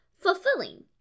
fulfilling